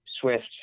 Swift